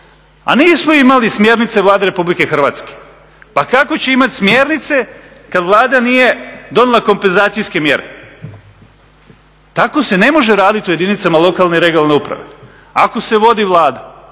a nismo imali smjernice Vlade RH. pa kako će imati smjernice kada Vlada nije donijela kompenzacijske mjere. Tako se ne može raditi u jedinicama lokalne i regionalne uprave. Ako se vodi Vlada,